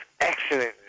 excellent